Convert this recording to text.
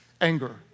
anger